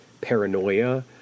paranoia